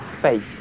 faith